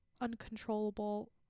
uncontrollable